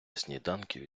сніданків